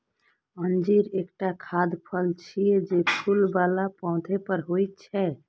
अंजीर एकटा खाद्य फल छियै, जे फूल बला पौधा पर होइ छै